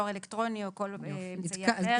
דואר אלקטרוני או כל אמצעי אחר.